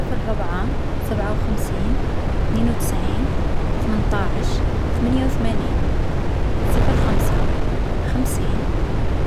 صفر، ربعة، سبعة وخمسين، ثنين و تسعين، ثمنطاعش، ثمنية و ثمانين. صفر، خمسة، خمسين،